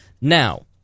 Now